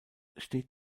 steht